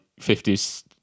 50s